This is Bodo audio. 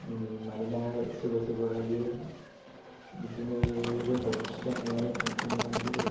मानोना सोरबा सोरबाहायो बिदिनो रोंबाबो खिथाया नालाय ओंखायनो आंबो